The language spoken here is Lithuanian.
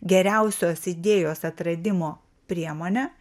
geriausios idėjos atradimo priemone